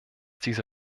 diese